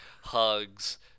hugs